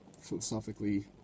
philosophically